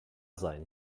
sein